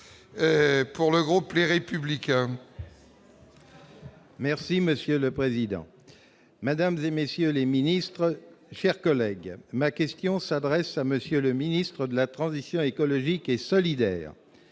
pour le groupe, les républicains. Merci Monsieur le Président, Madame et messieurs les ministres, chers collègues, ma question s'adresse à monsieur le ministre de la transition écologique et solidaire,